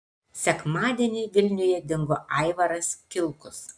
sekmadienį vilniuje dingo aivaras kilkus